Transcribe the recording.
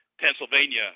Pennsylvania